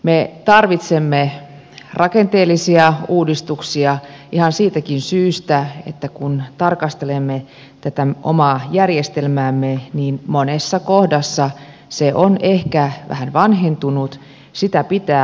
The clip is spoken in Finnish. me tarvitsemme rakenteellisia uudistuksia ihan siitäkin syystä että kun tarkastelemme tätä omaa järjestelmäämme niin monessa kohdassa se on ehkä vähän vanhentunut sitä pitää ajanmukaistaa